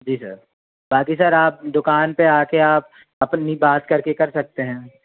जी sir बाकी sir आप दुकान पर आ कर आप अपनी बात करके कर सकते हैं